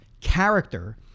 character